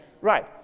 Right